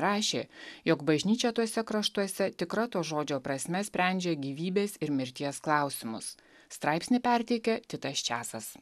rašė jog bažnyčia tuose kraštuose tikra to žodžio prasme sprendžia gyvybės ir mirties klausimus straipsnį perteikia titas česas